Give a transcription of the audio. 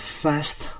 fast